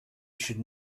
should